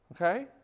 Okay